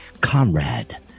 comrade